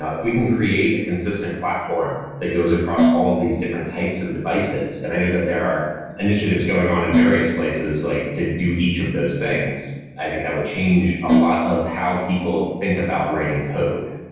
ah if we can create a consistent platform that goes across all of these different types of devices, and i know that there are initiatives going on at various places like to do each of those things. i think that would change a lot of how people think about writing code.